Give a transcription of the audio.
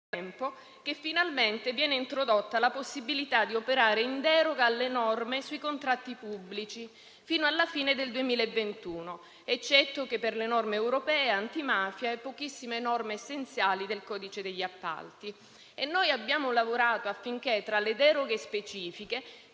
che finalmente viene introdotta la possibilità di operare in deroga alle norme sui contratti pubblici fino alla fine del 2021, eccetto che per le norme europee e antimafia e per pochissime norme essenziali del codice degli appalti. Noi abbiamo lavorato affinché tra le deroghe specifiche